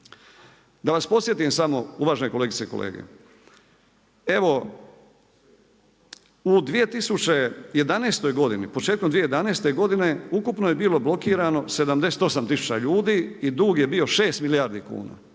Da vas podsjetim samo uvažene kolegice i kolege. Evo u 2011. godini, početkom 2011. godine ukupno je bilo blokirano 78 tisuća ljudi i dug je bio 6 milijardi kuna.